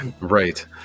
Right